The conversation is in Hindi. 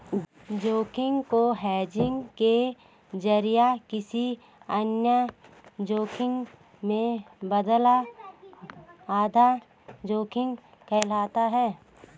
जोखिम को हेजिंग के जरिए किसी अन्य जोखिम में बदलना आधा जोखिम कहलाता है